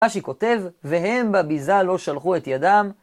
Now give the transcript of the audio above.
מה שכותב והם בביזה לא שלחו את ידם